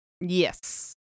yes